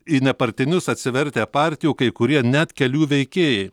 į nepartinius atsivertę partijų kai kurie net kelių veikėjai